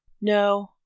No